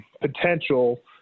potential